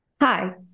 Hi